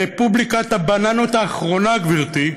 ברפובליקת הבננות האחרונה, גברתי,